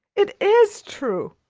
it is true!